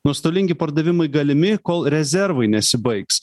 nuostolingi pardavimai galimi kol rezervai nesibaigs